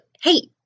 hey